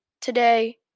today